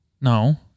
No